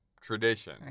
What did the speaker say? tradition